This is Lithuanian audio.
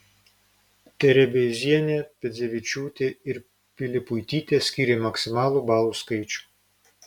terebeizienė piedzevičiūtė ir pilipuitytė skyrė maksimalų balų skaičių